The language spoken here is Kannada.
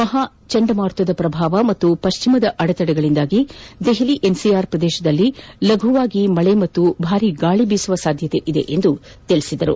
ಮಹಾಚಂಡಮಾರುತದ ಪ್ರಭಾವ ಹಾಗೂ ಪಶ್ಚಿಮದ ಅಡೆತಡೆಗಳಿಂದಾಗಿ ದೆಹಲಿ ಎನ್ಸಿಆರ್ ಪ್ರದೇಶದಲ್ಲಿ ಲಘು ಮಳೆ ಮತ್ತು ಭಾರಿ ಗಾಳಿ ಬೀಸುವ ಸಾಧ್ಯತೆ ಇದೆ ಎಂದರು